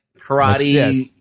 karate